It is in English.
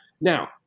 Now